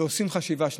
ועושים חשיבה.